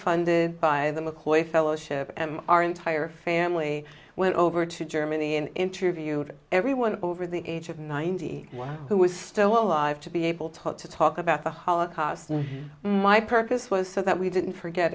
funded by the mccoy fellowship and our entire family went over to germany and interviewed everyone over the age of ninety one who was still alive to be able to talk about the holocaust and my purpose was so that we didn't forget